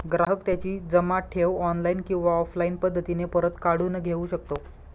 ग्राहक त्याची जमा ठेव ऑनलाईन किंवा ऑफलाईन पद्धतीने परत काढून घेऊ शकतो